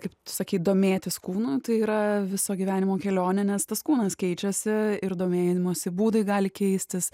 kaip tu sakei domėtis kūnui tai yra viso gyvenimo kelionė nes tas kūnas keičiasi ir domėjimosi būdai gali keistis